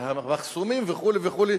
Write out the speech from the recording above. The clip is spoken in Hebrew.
על המחסומים וכו' וכו',